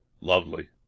lovely